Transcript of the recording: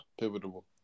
pivotal